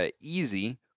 easy